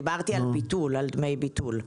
דיברתי על דמי ביטול.